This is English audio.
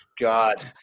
God